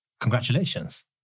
congratulations